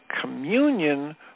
communion